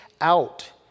out